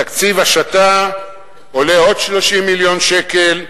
התקציב השתא עולה עוד 30 מיליון שקל,